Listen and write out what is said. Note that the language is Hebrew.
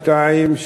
שניים,